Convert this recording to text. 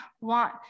want